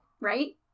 Right